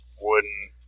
wooden